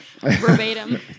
Verbatim